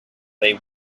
they